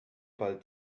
bald